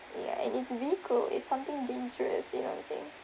ya and it's vehicle it's something dangerous you know what I'm saying